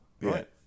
right